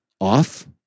off